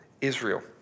Israel